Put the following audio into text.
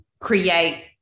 create